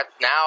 now